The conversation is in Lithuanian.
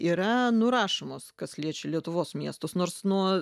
yra nurašomos kas liečia lietuvos miestus nors nuo